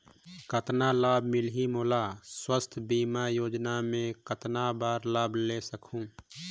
कतना लाभ मिलही मोला? स्वास्थ बीमा योजना मे कतना बार लाभ ले सकहूँ?